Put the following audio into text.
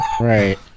Right